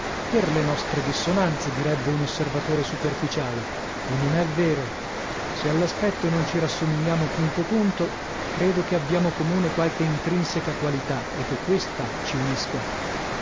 per le nostre dissonanze direbbe un osservatore superficiale e non è vero se all'aspetto non ci rassomigliamo punto punto credo che abbiamo comune qualche intrinseca qualità e che questa ci unisca